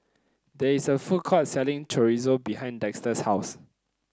there is a food court selling Chorizo behind Dexter's house